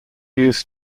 used